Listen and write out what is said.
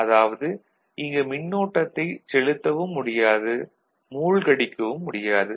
அதாவது இங்கு மின்னோட்டத்தைச் செலுத்தவும் முடியாது மூழ்கடிக்கவும் முடியாது